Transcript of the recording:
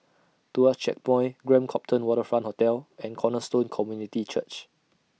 Tuas Checkpoint Grand Copthorne Waterfront Hotel and Cornerstone Community Church